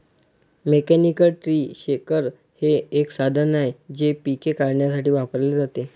mechanical tree shaker हे एक साधन आहे जे पिके काढण्यासाठी वापरले जाते